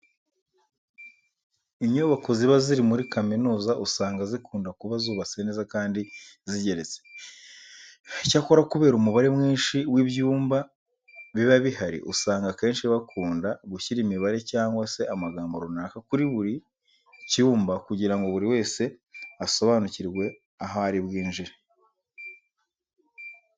Inyubako ziba ziri muri kaminuza usanga zikunda kuba zubatse neza kandi zigeretse. Icyakora kubera umubare mwinshi w'ibyumba biba bihari usanga akenshi bakunda gushira imibare cyangwa se amagambo runaka kuri buri cyomba kugira ngo buri wese asobanukirwe aho ari bwigire.